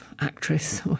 actress